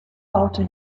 baute